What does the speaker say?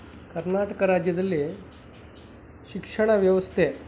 ಕರ್ನಾಟಕ ರಾಜ್ಯದಲ್ಲಿ ಶಿಕ್ಷಣ ವ್ಯವಸ್ಥೆ